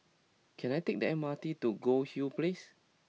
can I take the M R T to Goldhill Place